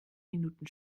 minuten